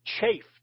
chafed